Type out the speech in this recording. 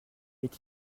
est